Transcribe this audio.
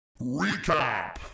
Recap